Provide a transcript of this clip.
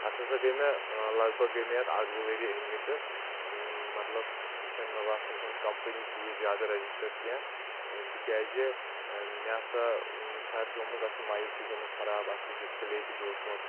اَتھ ہسا گٔے مےٚ لگ بگ گٔے مےٚ اَتھ اکھ زٕ ؤری أنۍ مٕتِس مطلب یہِ چھےٚ نہٕ مےٚ باسان یہِ چھےٚ نہٕ کمپٔنی تیٖژ زیادٕ رجِسٹر کینٛہہ تِکیازِ مےٚ ہسا چھِ اتھ گٔمٕژ اَتھ چھِ مایِک تہِ گٔمٕژ خراب اتھ چھُ ڈسپٕلے تہِ بیوٗٹھمُت